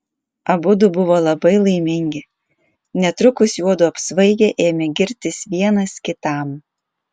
abudu buvo labai laimingi netrukus juodu apsvaigę ėmė girtis vienas kitam